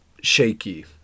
shaky